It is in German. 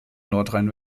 nordrhein